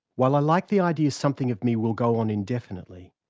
while i like the idea something of me will go on indefinitely,